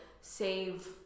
save